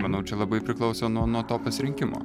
manau čia labai priklauso nuo nuo to pasirinkimo